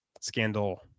Scandal